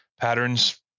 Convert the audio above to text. patterns